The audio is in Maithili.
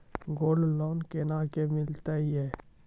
गोल्ड लोन कोना के मिलते यो?